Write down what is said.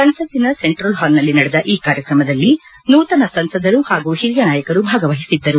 ಸಂಸತ್ತಿನ ಸೆಂಟ್ರಲ್ ಹಾಲ್ನಲ್ಲಿ ನಡೆದ ಈ ಕಾರ್ಯಕ್ರಮದಲ್ಲಿ ನೂತನ ಸಂಸದರು ಹಾಗೂ ಹಿರಿಯ ನಾಯಕರು ಭಾಗವಹಿಸಿದ್ದರು